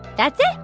that's it.